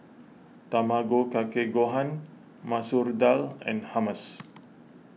Tamago Kake Gohan Masoor Dal and Hummus